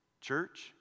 Church